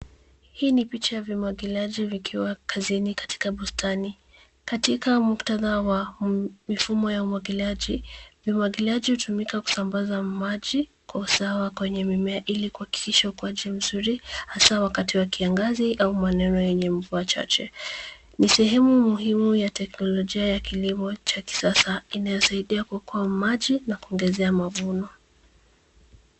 Hii ni picha ya vimwagiliaji vikiwa kazini katika bustani. Katika muktadha wa mifumo ya umwagiliaji, vimwagiliaji hutumika kusambaza maji kwa usawa kwenye mimea ili kuhakikisha ukuaji mzuri hasa wakati wa kiangazi au maeneo yenye mvua chache. Ni sehemu muhimu ya teknolojia ya kilimo cha kisasa inayosaidia kuokoa maji na kuongezea mavuno.